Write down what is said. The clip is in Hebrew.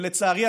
ולצערי,